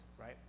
right